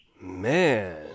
Man